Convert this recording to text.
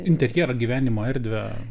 interjerą gyvenimą erdvę